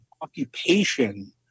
occupation